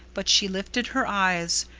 but she lifted her eyes,